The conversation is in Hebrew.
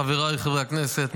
חבריי חברי הכנסת,